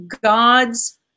God's